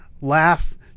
Laugh